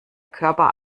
körper